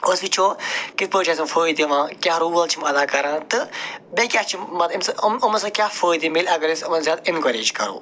أسۍ وٕچھو کِتھ پٲٹھۍ چھُ اَسہِ فٲیدٕ یِوان کیٛاہ رول چھِ یِم اَدا کَران تہٕ بیٚیہِ کیٛاہ چھِ یِم اَمہِ سۭتۍ یِم یِمو سۭتۍ کیٛاہ فٲہدٕ مِلہِ اگر أسۍ یِمن زیادٕ اِنکوریج کَرو